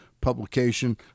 publication